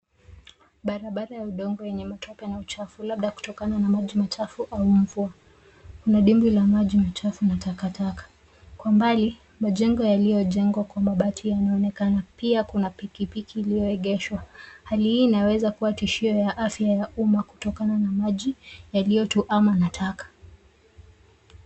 Barabara ya udongo yenye matope na uchafu labda kutokana na maji machafu au mvua. Mna dimbwi la maji machafu na takataka. Kwa mbali majengo yaliyojengwa kwa mabati yanaonekana pia kuna pikipiki iliyoegeshwa hali hii inaweza kuwa tishio ya afya ya umma kutokana na maji yaliyotuama na taka.